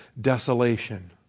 desolation